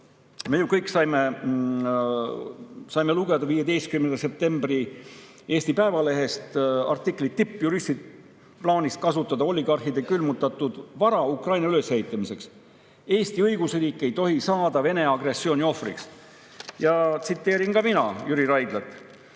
me kõik saime lugeda 15. septembri Eesti Päevalehest artiklit tippjuristide plaanist kasutada oligarhide külmutatud vara Ukraina ülesehitamiseks. Eesti õigusriik ei tohi saada Vene agressiooni ohvriks. Tsiteerin ka mina Jüri Raidlat: